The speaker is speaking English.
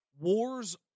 wars